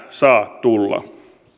saa enää tulla